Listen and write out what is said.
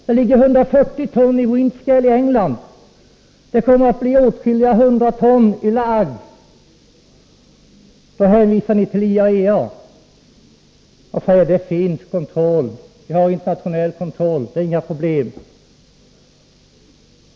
Det ligger 140 ton i Windscale i England, och det kommer att ligga åtskilliga hundra ton i La Hague. Ni hänvisar till IAEA och säger: Vi har internationell kontroll, det är inga problem.